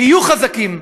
היו חזקים,